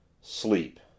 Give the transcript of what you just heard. Sleep